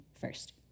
first